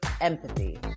empathy